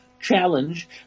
challenge